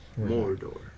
Mordor